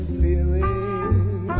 feeling